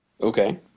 Okay